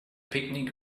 picnic